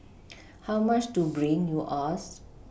how much to bring you ask